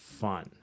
fun